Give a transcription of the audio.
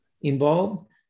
involved